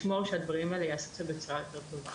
לשמור שהדברים האלה ייעשו בצורה יותר טובה.